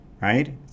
right